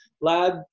lab